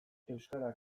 euskarak